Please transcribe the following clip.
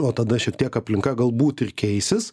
o tada šiek tiek aplinka galbūt ir keisis